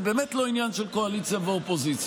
זה באמת לא עניין של קואליציה ואופוזיציה.